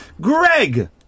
Greg